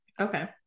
Okay